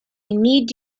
need